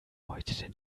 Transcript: heute